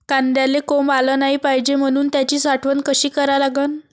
कांद्याले कोंब आलं नाई पायजे म्हनून त्याची साठवन कशी करा लागन?